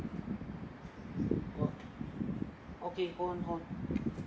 okay okay hold on hold on